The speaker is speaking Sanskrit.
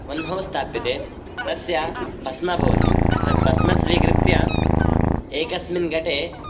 वन्हौ स्थाप्यते तस्य भस्मं भवति तत् भस्मं स्वीकृत्य एकस्मिन् गटे